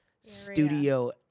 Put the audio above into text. studio